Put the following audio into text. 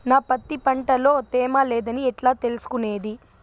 నా పత్తి పంట లో తేమ లేదని ఎట్లా తెలుసుకునేది?